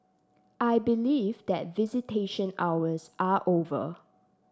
I believe that visitation hours are over